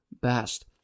best